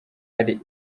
iri